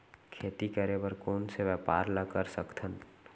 खेती करे बर कोन से व्यापार ला कर सकथन?